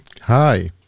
Hi